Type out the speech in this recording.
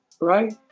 right